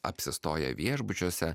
apsistoję viešbučiuose